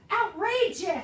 outrageous